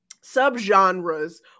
sub-genres